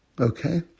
Okay